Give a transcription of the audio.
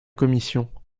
commission